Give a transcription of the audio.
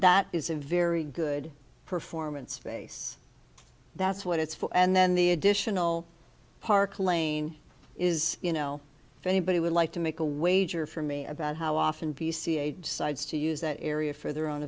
that is a very good performance face that's what it's for and then the additional park lane is you know if anybody would like to make a wager for me about how often dca decides to use that area for their own